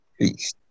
Peace